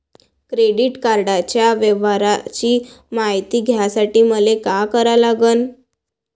Credit कार्डाच्या व्यवहाराची मायती घ्यासाठी मले का करा लागन?